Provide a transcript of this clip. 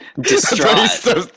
distraught